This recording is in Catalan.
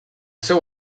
seu